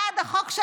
בעד החוק,